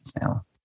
now